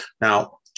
Now